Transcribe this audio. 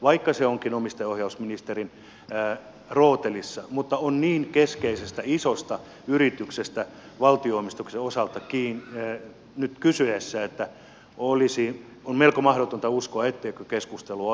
vaikka se onkin omistajaohjausministerin rootelissa on niin keskeisestä isosta yrityksestä valtionomistuksen osalta nyt kyse että olisi melko mahdotonta uskoa etteikö keskustelua olisi jo käyty